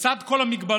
לצד כל ההגבלות,